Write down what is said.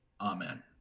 Amen